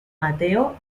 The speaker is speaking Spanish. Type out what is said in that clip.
mateo